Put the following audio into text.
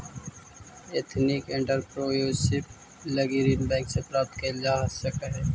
ethnic entrepreneurship लगी ऋण bank से प्राप्त कैल जा सकऽ हई